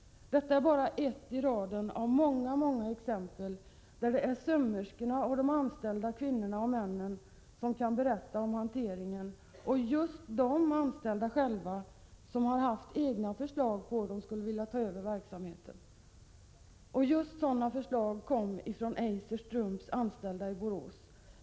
Detta är bara ett i raden av många exempel där sömmerskorna och de övriga anställda kan berätta om dålig hantering. Just dessa anställda har haft egna förslag till hur de skulle kunna ta över verksamheten. Anställda vid Eiser Strump i Borås har kommit med sådana förslag.